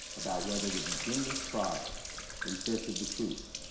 about whether to begin this trial in search of the truth,